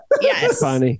Yes